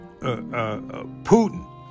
Putin